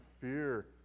fear